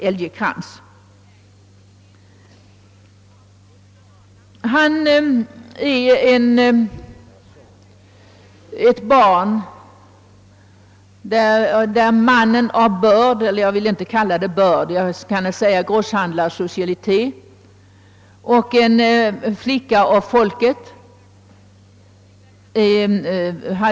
Älgekrans är barn av en man av börd, eller rättare sagt grosshandlaresocietet, och en flicka av folket.